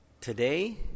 Today